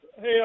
Hey